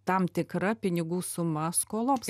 tam tikra pinigų sumą skoloms